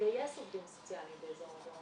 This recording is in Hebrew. לגייס עובדים סוציאליים באזור הדרום.